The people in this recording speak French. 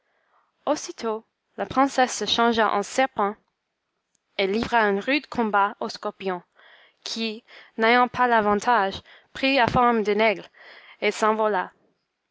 aussitôt la princesse se changea en serpent et livra un rude combat au scorpion qui n'ayant pas l'avantage prit à forme d'un aigle et s'envola